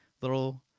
little